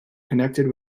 connected